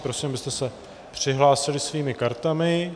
Prosím, abyste se přihlásili svými kartami.